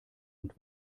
und